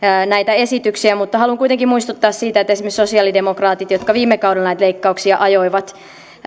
näitä esityksiä mutta haluan kuitenkin muistuttaa siitä että esimerkiksi sosialidemokraatit jotka viime kaudella näitä leikkauksia ajoivat